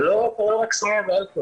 זה כבר לא רק סמים ואלכוהול,